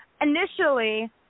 initially